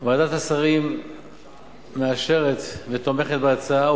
ועדת השרים מאשרת ותומכת בהצעה,